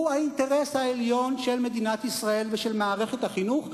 הוא האינטרס העליון של מדינת ישראל ושל מערכת החינוך,